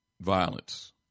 violence